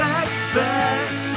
expect